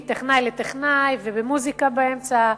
מטכנאי לטכנאי ומוזיקה באמצע,